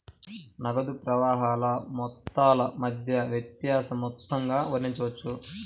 నగదు ప్రవాహాల మొత్తాల మధ్య వ్యత్యాస మొత్తంగా వర్ణించవచ్చు